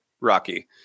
rocky